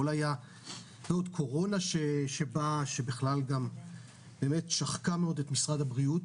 ועוד קורונה שבאה שבכלל גם באמת שחקה מאוד את משרד הבריאות.